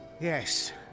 Yes